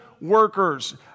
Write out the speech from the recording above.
workers